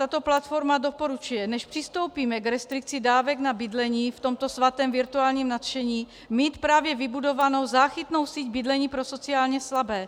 Tato platforma doporučuje, než přistoupíme k restrikci dávek na bydlení v tomto svatém virtuálním nadšení, mít právě vybudovanou záchytnou síť bydlení pro sociálně slabé.